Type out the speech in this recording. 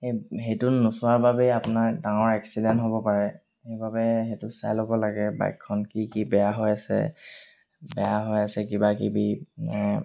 এই সেইটো নোচোৱাৰ বাবেই আপোনাৰ ডাঙৰ এক্সিডেণ্ট হ'ব পাৰে সেইবাবে সেইটো চাই ল'ব লাগে বাইকখন কি কি বেয়া হৈ আছে বেয়া হৈ আছে কিবাকিবি